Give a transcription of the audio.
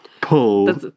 pull